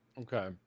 Okay